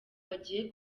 bagiye